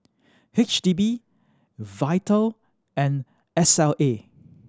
H D B Vital and S L A